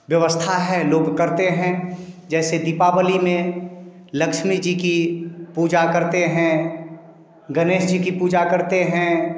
व्यवस्था है लोग करते हैं जैसे दीपावली में लक्ष्मी जी की पूजा करते हैं गणेश जी की पूजा करते हैं